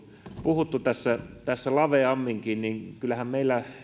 puhuttu tässä tässä laveamminkin kyllähän